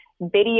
video